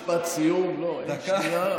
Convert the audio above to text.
שנייה,